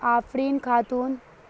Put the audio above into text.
Afreen Khatoon